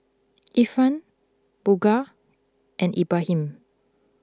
Irfan Bunga and Ibrahim